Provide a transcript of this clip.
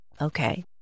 okay